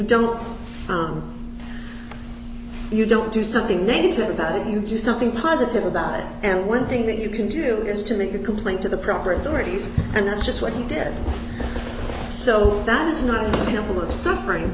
don't you don't do something negative about it you do something positive about it and one thing that you can do is to make a complaint to the proper authorities and that's just what he did so that is not a couple of suffering